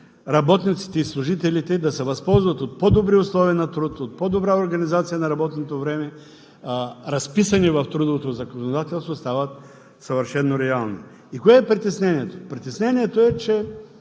работниците и служителите да се възползват от по-добри условия на труд, от по-добра организация на работното време – разписани в трудовото законодателство, стават съвършено реални. И кое е притеснението? Притеснението е, че